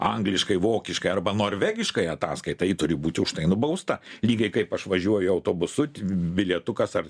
angliškai vokiškai arba norvegiškai ataskaitą ji turi būti už tai nubausta lygiai kaip aš važiuoju autobusu bilietukas ar